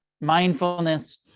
mindfulness